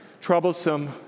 troublesome